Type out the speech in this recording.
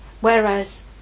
Whereas